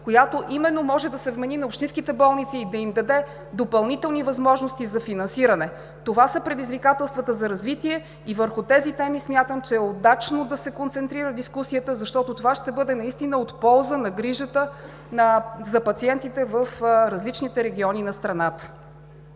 която именно може да се вмени на общинските болници и да им даде допълнителни възможности за финансиране. Това са предизвикателствата за развитие и върху тези теми смятам, че е удачно да се концентрира дискусията, защото това ще бъде от полза на грижата за пациентите в различните региони на страната.